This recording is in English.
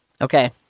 Okay